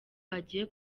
agiye